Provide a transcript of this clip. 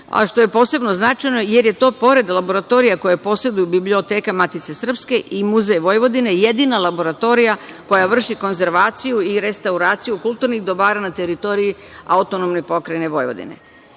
što je posebno značajno jer je to pored laboratorije koje poseduju Biblioteka Matice srpske i Muzej Vojvodine i jedina laboratorija koja vrši konzervaciju i restauraciju kulturnih dobara na teritoriji AP Vojvodine. Sredstvima